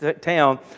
town